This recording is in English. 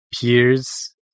peers